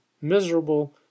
miserable